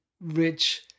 rich